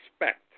expect